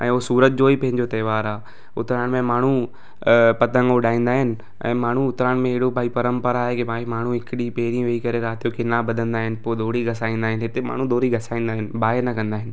ऐं उहो सूरत जो ई पंहिंजो त्योहार आहे उतराण में माण्हू पतंग उॾाईंदा आहिनि ऐं माण्हू उतराण में अहिड़ो भई परंपरा आहे की भाई माण्हू हिक ॾींहुं पहिरीं वेई करे रातिजो कन्नी बधंदा आहिनि पोइ दोरी घसाईंदा आहिनि हिते माण्हू दोरी घसाईंदा आहिनि बाहे न कंदा आहिनि